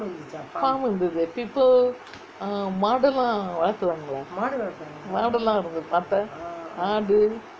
farm இருந்தது:irunthathu people ah மாடுலாம் வளக்குராங்களே மாடுலாம் இருந்தது பாத்தேன் ஆடு:maadulaam valakurangalae maadulaam irunthathu paathaen aadu